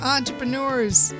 Entrepreneurs